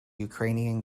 ukrainian